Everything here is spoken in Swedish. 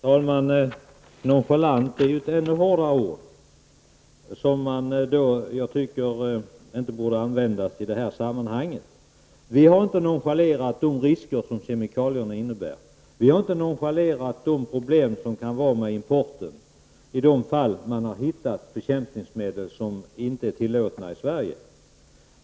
Herr talman! Nonchalant är ju ett ännu hårdare ord som jag tycker inte borde användas i det här sammanhanget. Vi har inte nonchalerat de risker som kemikalierna innebär. Vi har inte nonchalerat de problem som kan vara förenade med importen i de fall man har hittat bekämpningsmedel som inte är tillåtna i Sverige.